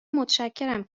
متشکرم